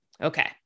okay